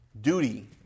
duty